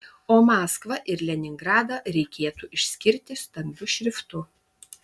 o maskvą ir leningradą reikėtų išskirti stambiu šriftu